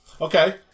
Okay